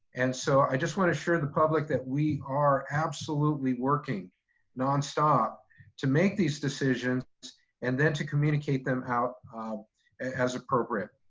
and so i just wanna assure the public that we are absolutely working nonstop to make these decisions and then to communicate them out as appropriate.